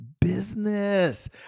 business